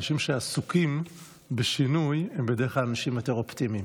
אנשים שעסוקים בשינוי הם בדרך כלל אנשים יותר אופטימיים